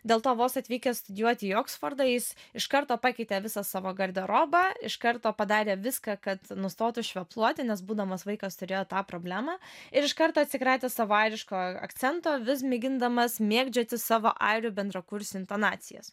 dėl to vos atvykęs studijuoti į oksfordą jis iš karto pakeitė visą savo garderobą iš karto padarė viską kad nustotų švepluoti nes būdamas vaikas turėjo tą problemą ir iš karto atsikratęs savo airiško akcento vis mėgindamas mėgdžioti savo airių bendrakursių intonacijas